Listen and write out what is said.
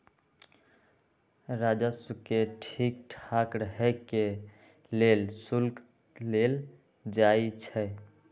राजस्व के ठीक ठाक रहे के लेल शुल्क लेल जाई छई